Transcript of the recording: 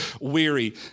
weary